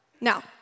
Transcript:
Now